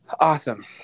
Awesome